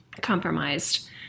compromised